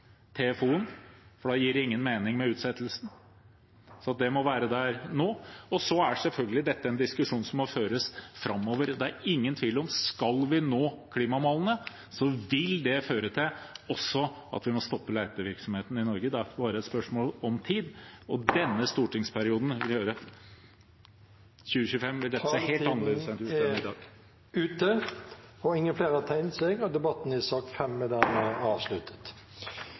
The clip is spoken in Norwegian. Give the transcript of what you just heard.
for da gir det ingen mening med utsettelsen. Det må være der nå. Så er dette selvfølgelig en diskusjon som må føres framover. Det er ingen tvil om at skal vi nå klimamålene, vil det føre til at vi må stoppe letevirksomheten i Norge. Det er derfor bare et spørsmål om tid. I denne stortingsperioden – i 2025 – vil dette være helt annerledes enn i dag. Flere har ikke bedt om ordet til sak